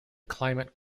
climate